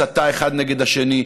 בהסתה אחד נגד השני,